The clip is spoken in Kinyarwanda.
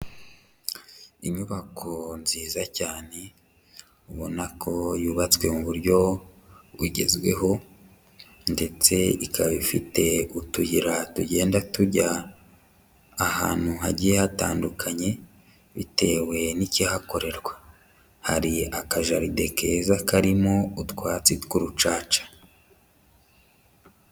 Inyubako nziza cyane ubona ko yubatswe mu buryo bugezweho ndetse ikaba ifite utuyira tugenda tujya ahantu hagiye hatandukanye bitewe n'ikihakorerwa, hari akajaride keza karimo utwatsi tw'urucaca.